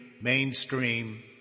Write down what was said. mainstream